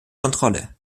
kontrolle